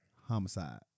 homicide